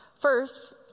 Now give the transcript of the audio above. First